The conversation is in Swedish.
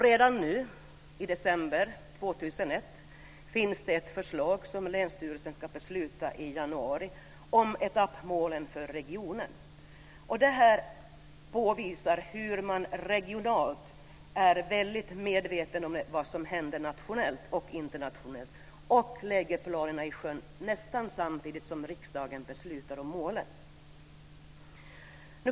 Redan nu i december 2001 finns det ett förslag om etappmålen för regionen som länsstyrelsen ska ta ställning till i januari. Detta visar hur man regionalt är väldigt medveten om vad som händer nationellt och internationellt och sätter in åtgärder nästan samtidigt som riksdagen beslutar om målen.